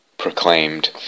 proclaimed